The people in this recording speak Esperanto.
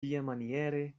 tiamaniere